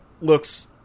looks